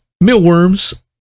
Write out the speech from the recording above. Mealworms